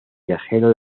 viajero